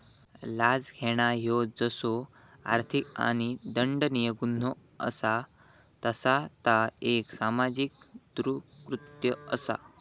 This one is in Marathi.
लाच घेणा ह्यो जसो आर्थिक आणि दंडनीय गुन्हो असा तसा ता एक सामाजिक दृष्कृत्य असा